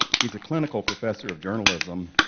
he's a clinical professor of journalism,